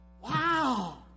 Wow